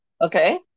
Okay